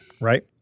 Right